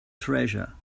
treasure